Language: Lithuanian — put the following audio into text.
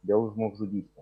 dėl žmogžudystės